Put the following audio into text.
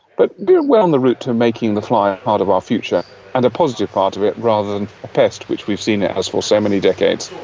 but we are well on the route to making the fly a part of our future and a positive part of it rather than a pest which we've seen it as for so many decades.